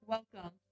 Welcome